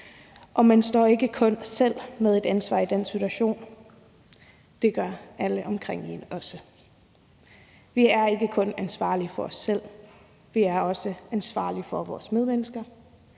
Man står ikke kun selv med et ansvar i den situation; det gør alle omkring en også. Vi er ikke kun ansvarlige for os selv, vi er også ansvarlige for vores medmennesker,